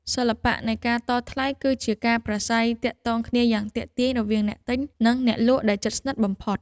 សិល្បៈនៃការតថ្លៃ គឺជាការប្រាស្រ័យទាក់ទងគ្នាយ៉ាងទាក់ទាញរវាងអ្នកទិញ និងអ្នកលក់ដែលជិតស្និទ្ធបំផុត។